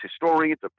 historians